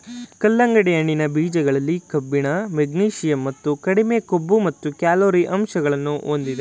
ಕಲ್ಲಂಗಡಿ ಹಣ್ಣಿನ ಬೀಜಗಳಲ್ಲಿ ಕಬ್ಬಿಣ, ಮೆಗ್ನೀಷಿಯಂ ಮತ್ತು ಕಡಿಮೆ ಕೊಬ್ಬು ಮತ್ತು ಕ್ಯಾಲೊರಿ ಅಂಶಗಳನ್ನು ಹೊಂದಿದೆ